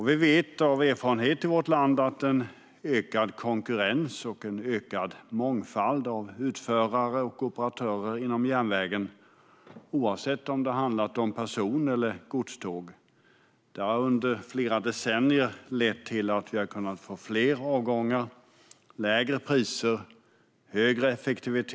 Vi vet av erfarenhet i vårt land att en ökad konkurrens och en ökad mångfald av utförare och operatörer inom järnvägen, oavsett om det handlar om person eller godståg, under flera decennier har lett till att vi har kunnat få fler avgångar, lägre priser och högre effektivitet.